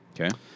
Okay